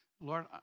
Lord